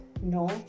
no